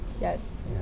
Yes